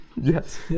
Yes